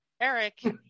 Eric